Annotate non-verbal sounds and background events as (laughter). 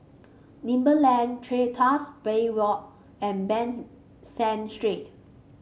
Pebble Lane (unintelligible) Tuas Bay Walk and Ban San Street